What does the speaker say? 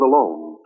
alone